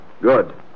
Good